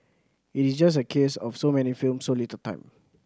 it is just a case of so many films so little time